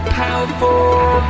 powerful